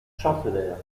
chancelèrent